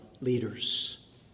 leaders